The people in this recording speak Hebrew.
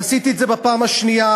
עשיתי את זה בפעם השנייה